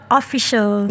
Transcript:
official